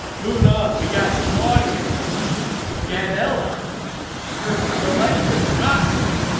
moving on we got claudia get ella versus alexa grasso.